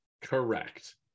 correct